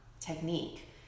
technique